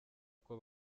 uko